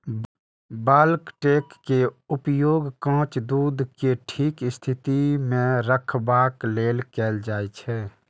bulk tank के उपयोग कांच दूध कें ठीक स्थिति मे रखबाक लेल कैल जाइ छै